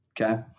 okay